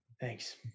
thanks